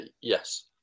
yes